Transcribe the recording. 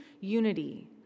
unity